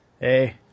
Hey